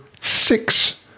six